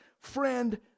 friend